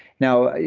now,